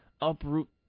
uproot